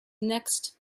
next